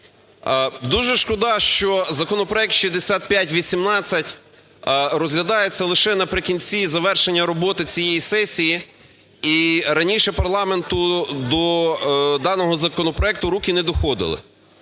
Дуже шкода, що законопроект 6518 розглядається лише наприкінці завершення роботи цієї сесії і раніше парламенту до даного законопроекту руки не доходили.